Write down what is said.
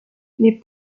les